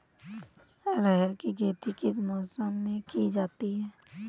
अरहर की खेती किस मौसम में की जाती है?